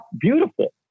beautiful